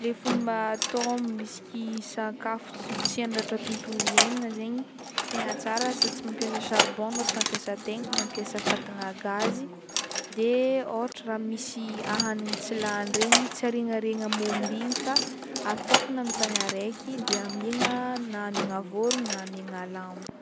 Le fomba atao misiky sakafo ts- tsy handratra tontolo iaignana zaigny tegna tsara sady tsy mampiasa charbon anao tsy mampiasa ataigny fa mampiasa fatagna gazy de ôhatra raha misy ahanigny tsy lany regny tsy ariagnariagna momba igny fa atôkagna amin'tany araiky de amiagna na amiagna vôrogno na amiagna lambo.